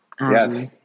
Yes